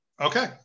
Okay